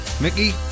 Mickey